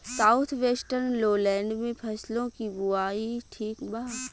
South western lowland में फसलों की बुवाई ठीक बा?